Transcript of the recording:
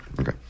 Okay